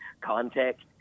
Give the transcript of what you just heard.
context